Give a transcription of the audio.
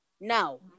No